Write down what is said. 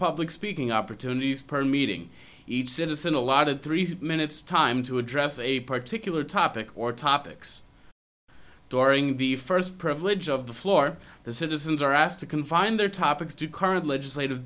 public speaking opportunities per meeting each citizen a lot of three minutes time to address a particular topic or topics during the first privilege of the floor the citizens are asked to confine their topics to current legislative